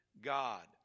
God